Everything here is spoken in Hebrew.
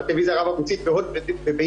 בטלוויזיה רב ערוצית Hot וב-Yes,